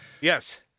Yes